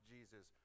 Jesus